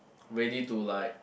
ready to like